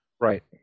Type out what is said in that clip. Right